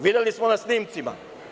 Videli smo na snimcima.